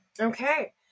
Okay